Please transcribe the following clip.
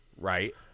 Right